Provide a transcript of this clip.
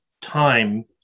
time